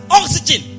oxygen